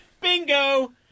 Bingo